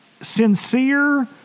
sincere